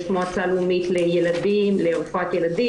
יש מועצה לאומית לרפואת ילדים,